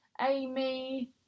Amy